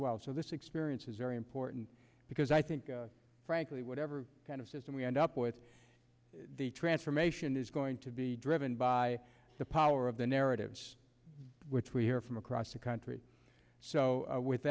well so this experience is very important because i think frankly whatever kind of system we end up with the transformation is going to be driven by the power of the narrative which we hear from across the country so with